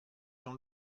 jean